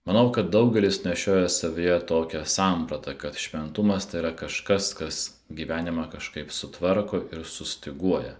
manau kad daugelis nešioja savyje tokią sampratą kad šventumas tai yra kažkas kas gyvenimą kažkaip sutvarko ir sustyguoja